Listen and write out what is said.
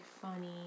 funny